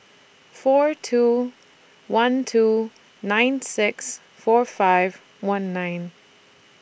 four two one two nine six four five one nine